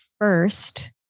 first